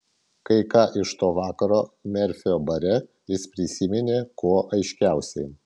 kai ką iš to vakaro merfio bare jis prisiminė kuo aiškiausiai